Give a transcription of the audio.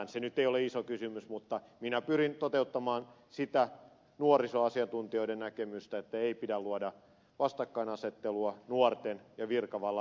se nyt ei ole iso kysymys mutta minä pyrin toteuttamaan sitä nuorisoasiantuntijoiden näkemystä että ei pidä luoda vastakkainasettelua nuorten ja virkavallan välillä